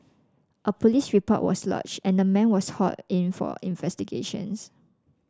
a police report was lodge and the man was haul in for investigations